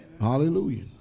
Hallelujah